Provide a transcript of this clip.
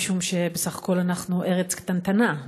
משום שבסך הכול אנחנו ארץ קטנטנה,